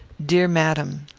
dear madam,